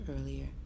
earlier